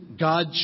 God